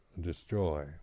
destroy